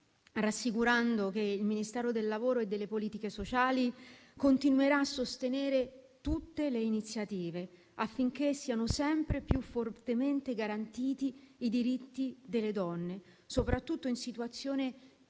rassicurando che il Ministero del lavoro e delle politiche sociali continuerà a sostenere tutte le iniziative, affinché siano sempre più fortemente garantiti i diritti delle donne, soprattutto in situazione